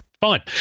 fine